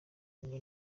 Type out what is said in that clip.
ngo